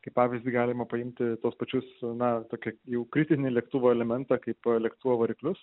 kaip pavyzdį galima paimti tuos pačius na tokį jau kritinį lėktuvo elementą kaipo lėktuvo variklius